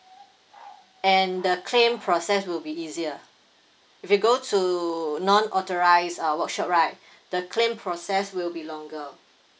and the claim process will be easier if you go to non authorise uh workshop right the claim process will be longer